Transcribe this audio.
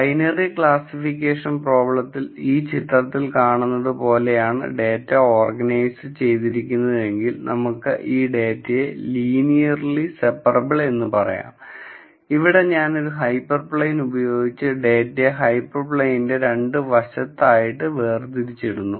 binary classification പ്രോബ്ലത്തിൽ ഈ ചിത്രത്തിൽ കാണുന്നത് പോലെയാണ് ഡേറ്റ ഓർഗനൈസ് ചെയ്തിരിക്കുന്നതെങ്കിൽ നമുക്ക് ഈ ഡാറ്റയെ ലീനിയർലി സെപ്പറബിൾ എന്ന് പറയാം ഇവിടെ ഞാൻ ഒരു ഹൈപ്പർ പ്ലെയിൻ ഉപയോഗിച്ച് ഡേറ്റയെ ഹൈപ്പർ പ്ലെയിനിന്റെ രണ്ടു വശത്തായിട്ടു വേർതിരിച്ചടുന്നു